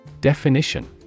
Definition